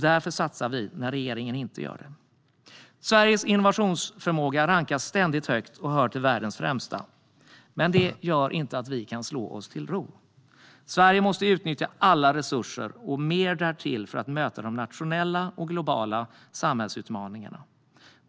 Därför satsar vi när regeringen inte gör det. Sveriges innovationsförmåga rankas ständigt högt och hör till världens främsta, men det gör inte att vi kan slå oss till ro. Sverige måste utnyttja alla resurser och mer därtill för att möta de nationella och globala samhällsutmaningarna.